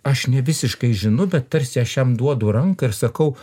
aš nevisiškai žinu bet tarsi aš jam duodu ranką ir sakau